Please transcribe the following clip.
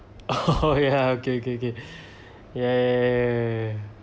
oh ya okay okay okay !yay!